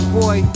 boy